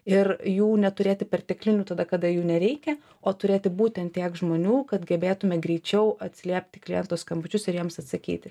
ir jų neturėti perteklinių tada kada jų nereikia o turėti būtent tiek žmonių kad gebėtume greičiau atsiliept į kliento skambučius ir jiems atsakyti